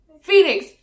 Phoenix